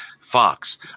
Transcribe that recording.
Fox